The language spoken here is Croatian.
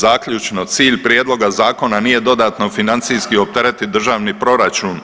Zaključno, cilj prijedloga zakona nije dodatno financijski opteretiti državni proračun